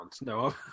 No